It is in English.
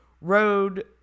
road